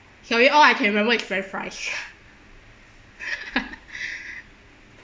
sorry all I can remember is french fries